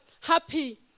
happy